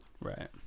Right